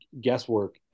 guesswork